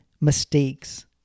mistakes